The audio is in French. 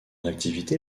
activité